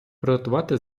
приготувати